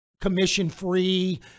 commission-free